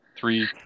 three